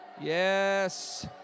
Yes